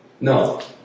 No